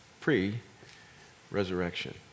pre-resurrection